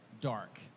dark